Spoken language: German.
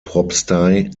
propstei